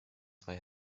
zwei